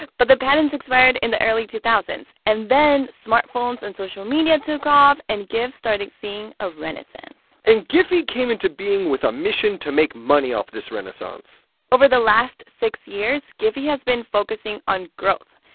but the patents expired in the early two thousand s. and then smartphones and social media took off, and gifs starting seeing a renaissance and giphy came into being with a mission mission to make money off this renaissance over the last six years, giphy has been focusing on growth,